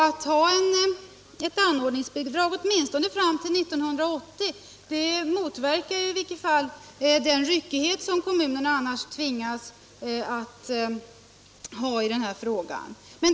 Att ha ett anordningsbidrag åtminstone fram till 1980 motverkar i alla fall den ryckighet som kommunerna annars tvingas till i den här frågan.